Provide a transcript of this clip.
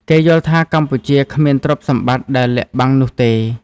គេយល់់ថាកម្ពុជាគ្មានទ្រព្យសម្បត្តិដែលលាក់បាំងនោះទេ ។